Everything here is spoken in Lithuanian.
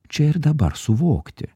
čia ir dabar suvokti